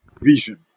vision